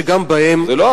שגם בהם,